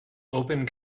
open